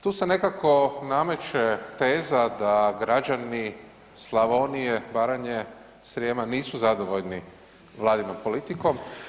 Tu se nekako nameće teza da građani Slavonije, Baranje, Srijema, nisu zadovoljni Vladinom politikom.